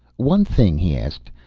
one thing, he asked.